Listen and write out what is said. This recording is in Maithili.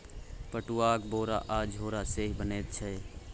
पटुआक बोरा आ झोरा सेहो बनैत छै